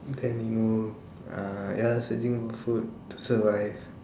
then you know uh ya searching for food to survive